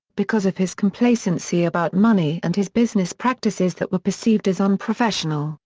because of his complacency about money and his business practices that were perceived as unprofessional,